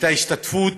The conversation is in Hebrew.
הייתה השתתפות